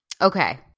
Okay